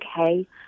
okay